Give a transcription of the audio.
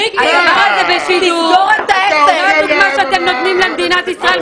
--- זו הדוגמה שאתם נותנים לעם ישראל,